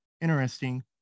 interesting